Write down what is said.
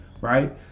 right